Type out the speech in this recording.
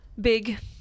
Big